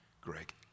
Greg